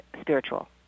spiritual